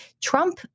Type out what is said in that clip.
Trump